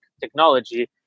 technology